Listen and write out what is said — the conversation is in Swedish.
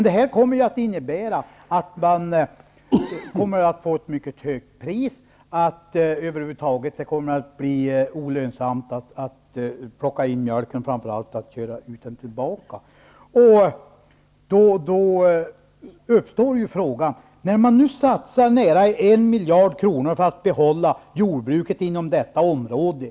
Detta kommer att innebära att priset blir mycket högt, och det kommer över huvud taget att bli olönsamt att köra in mjölken och framför allt att köra ut den. Nu satsar man nära en miljard kronor på att behålla jordbruket inom detta område.